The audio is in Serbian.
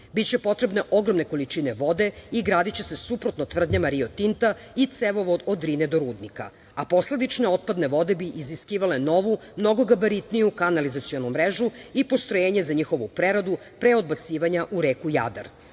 Biće potrebne ogromne količine vode i gradiće se, suprotno tvrdnjama Rio Tinta, i cevovod od Drine do rudnika, a posledične otpadne vode bi iziskivale novu mnogo gabaritniju kanalizacionu mrežu i postrojenje za njihovu preradu pre odbacivanja u reku Jadar. Velika